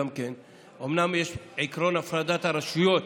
אומנם יש עקרון הפרדת הרשויות,